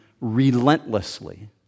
relentlessly